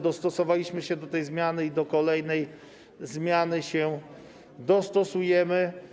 Dostosowaliśmy się do tej zmiany i do kolejnej zmiany się dostosujemy.